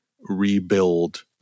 rebuild